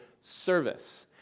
service